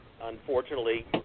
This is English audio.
unfortunately